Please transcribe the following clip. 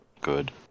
Good